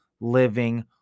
living